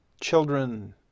children